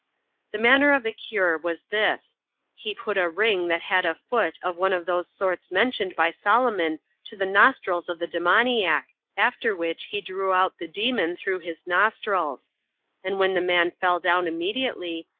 the manner of the cure was this he put a ring that had a foot of one of those sorts mentioned by solomon to the nostrils of the demoniac, after which he drew out the demon through his nostrils and when the man fell down immediately,